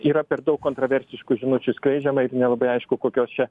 yra per daug kontroversiškų žinučių skleidžiama ir nelabai aišku kokios čia